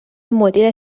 مدیر